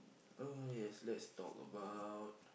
oh yes let's talk about